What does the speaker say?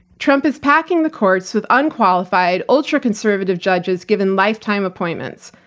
trump is packing the courts with unqualified, ultra-conservative judges given lifetime appointments.